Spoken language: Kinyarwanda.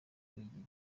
kwigira